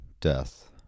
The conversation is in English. death